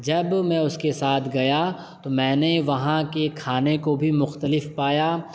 جب میں اس کے ساتھ گیا تو میں نے وہاں کے کھانے کو بھی مختلف پایا